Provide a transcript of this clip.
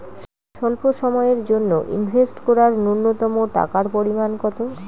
স্বল্প সময়ের জন্য ইনভেস্ট করার নূন্যতম টাকার পরিমাণ কত?